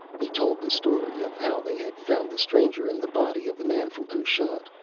he told the story, of how they had found the stranger and the body of the man from kushat.